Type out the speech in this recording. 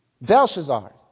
Belshazzar